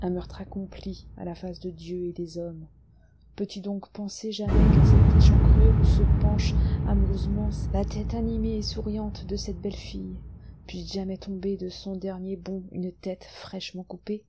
un meurtre accompli à la face de dieu et des hommes peux-tu donc penser jamais qu'à cette échancrure où se penche amoureusement la tête animée et souriante de cette belle fille puisse jamais tomber de son dernier bond une tête fraîchement coupée